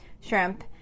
shrimp